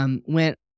went